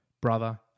Brother